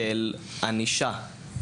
כאל ענישה.